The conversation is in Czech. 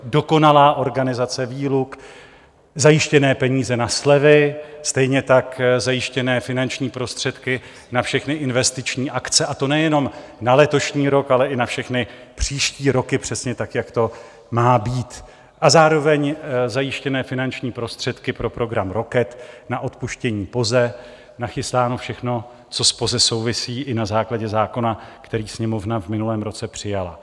Dokonalá organizace výluk, zajištěné peníze na slevy, stejně tak zajištěné finanční prostředky na všechny investiční akce, a to nejenom na letošní rok, ale i na všechny příští roky, přesně tak jak to má být, a zároveň zajištěné finanční prostředky pro program Rocket, na odpuštění POZE, nachystáno všechno, co s POZE souvisí i na základě zákona, který Sněmovna v minulém roce přijala.